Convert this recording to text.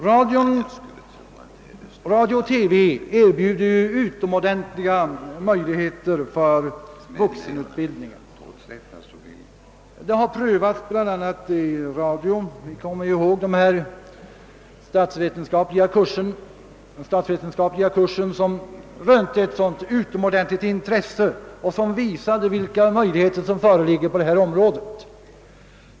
Radio och TV erbjuder utomordentliga möjligheter för vuxenutbildningen. Undervisningen har prövats i bl.a. radion — alla kommer ihåg den statsvetenskapliga kurs som rönte ett så utomordentligt intresse och som visade vilka möjligheter som finns på detta område.